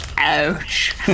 Ouch